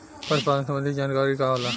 पशु पालन संबंधी जानकारी का होला?